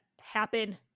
happen